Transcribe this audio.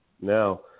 Now